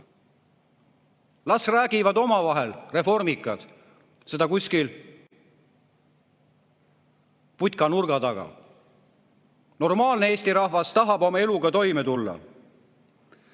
räägivad omavahel seda kuskil putka nurga taga. Normaalne Eesti rahvas tahab oma eluga toime tulla.